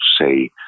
say